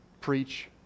preach